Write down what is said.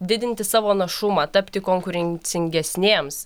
didinti savo našumą tapti konkurencingesnėms